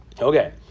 Okay